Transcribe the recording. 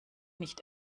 nicht